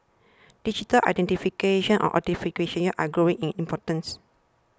digital identification and authentication are growing in importance